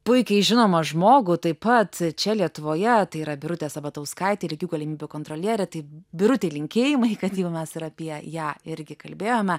puikiai žinomą žmogų taip pat čia lietuvoje tai yra birutė sabatauskaitė lygių galimybių kontrolierė tai birutei linkėjimai kad jau mes ir apie ją irgi kalbėjome